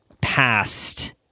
past